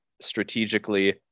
strategically